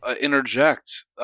interject